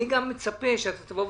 אני גם מצפה שאתה תגיד: